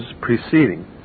preceding